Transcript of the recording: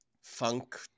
funk